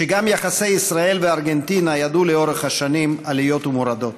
שגם יחסי ישראל וארגנטינה ידעו לאורך השנים עליות ומורדות.